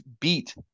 beat